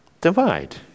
divide